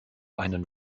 einen